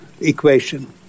equation